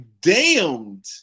damned